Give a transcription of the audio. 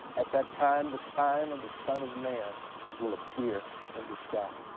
at that time, the sign of the son of man will appear in the sky.